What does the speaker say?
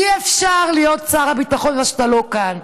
אי-אפשר להיות שר הביטחון בזמן שאתה לא כאן.